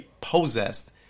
possessed